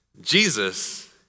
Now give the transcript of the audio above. Jesus